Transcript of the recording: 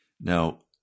Now